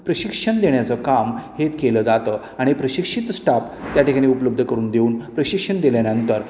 प्रशिक्षण देण्याचं काम हे केलं जातं आणि प्रशिक्षित स्टाफ त्या ठिकाणी उपलब्ध करून देऊन प्रशिक्षण दिल्यानंतर